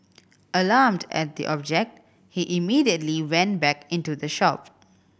alarmed at the object he immediately went back into the shop